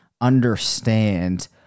understand